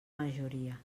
majoria